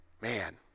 Man